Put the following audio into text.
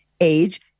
age